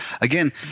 again –